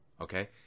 okay